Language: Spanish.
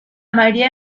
mayoría